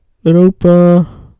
Europa